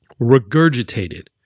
regurgitated